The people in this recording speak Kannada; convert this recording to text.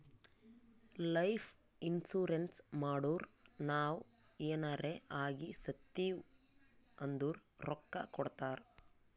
ಲೈಫ್ ಇನ್ಸೂರೆನ್ಸ್ ಮಾಡುರ್ ನಾವ್ ಎನಾರೇ ಆಗಿ ಸತ್ತಿವ್ ಅಂದುರ್ ರೊಕ್ಕಾ ಕೊಡ್ತಾರ್